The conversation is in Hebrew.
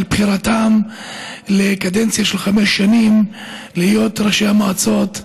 על היבחרם לקדנציה של חמש שנים להיות ראשי המועצות,